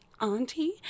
auntie